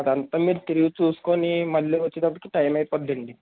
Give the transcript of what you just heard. అదంతా మీరు తిరిగి చూసుకుని మళ్ళీ వచ్చేటప్పడికి టైమ్ అయిపోతుందండి